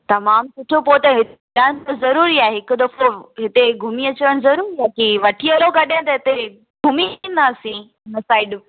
तमामु सुठो पोइ त हिते वञण त ज़रूरी आहे हिकु दफ़ो हिते घुमी अचण ज़रूरी आहे की वठी हलो गॾु त हिते घुमी ईंदासीं हिन साइड